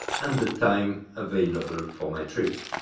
and the time available for my trip.